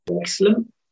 Excellent